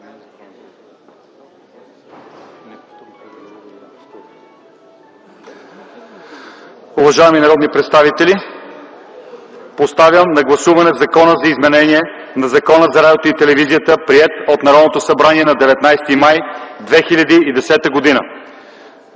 Уважаеми народни представители, поставям повторно на гласуване Закона за изменение на Закона за радиото и телевизията, приет от Народното събрание на 19 май 2010 г.